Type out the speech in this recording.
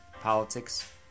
politics